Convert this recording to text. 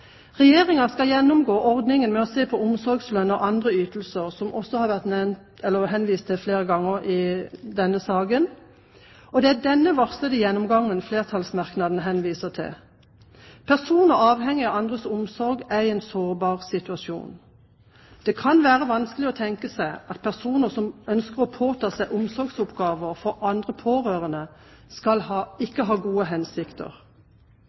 skal gjennomgå ordningen med å se på omsorgslønn og andre ytelser, som også har vært henvist til flere ganger i denne saken, og det er denne varslede gjennomgangen flertallsmerknaden henviser til. Personer avhengig av andres omsorg er i en sårbar situasjon. Det kan være vanskelig å tenke seg at personer som ønsker å påta seg omsorgsoppgaver for andre pårørende, ikke har gode hensikter.